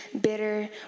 bitter